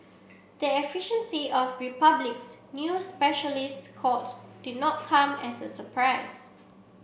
the efficiency of Republic's new specialist court did not come as a surprise